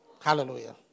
hallelujah